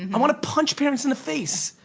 i want to punch parents in the face,